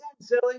silly